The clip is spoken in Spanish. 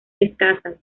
escasas